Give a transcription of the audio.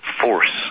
force